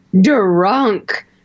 drunk